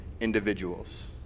individuals